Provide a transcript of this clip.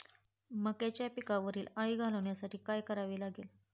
मक्याच्या पिकावरील अळी घालवण्यासाठी काय करावे लागेल?